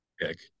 pick